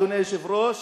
אדוני היושב-ראש,